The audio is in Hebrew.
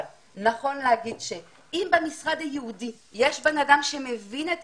אבל נכון לומר שאם במשרד הייעודי יש בן אדם שמבין את